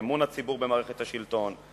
באמון הציבור במערכת השלטון,